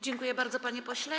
Dziękuję bardzo, panie pośle.